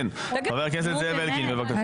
חבר הכנסת זאב אלקין, בבקשה.